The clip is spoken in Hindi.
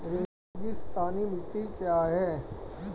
रेगिस्तानी मिट्टी क्या है?